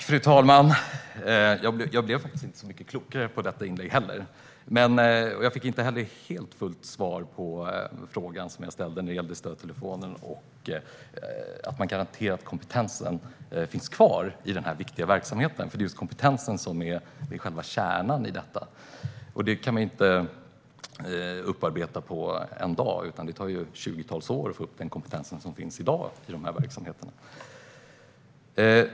Fru talman! Jag blev inte så mycket klokare efter detta inlägg. Inte heller fick jag helt och fullt svar på den fråga som jag ställde när det gäller stödtelefonen och att man garanterar att kompetensen finns kvar i denna viktiga verksamhet. Det är just kompetensen som är själva kärnan, och den kan man inte upparbeta på en dag. Det tar tjugotals år att få upp samma kompetens som finns i dag i verksamheterna.